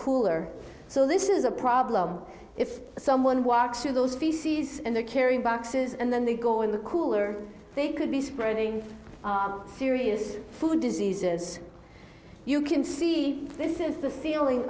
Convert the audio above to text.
cooler so this is a problem if someone walks through those feces and they're carrying boxes and then they go in the cooler they could be spreading serious food diseases you can see this in the ceiling